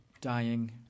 dying